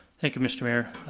thank you mister mayor.